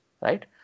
right